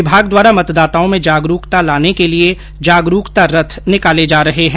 विभाग द्वारा मतदाताओं में जागरूकता लाने के लिये जागरूकता रथ निकाले जा रहे है